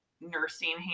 nursing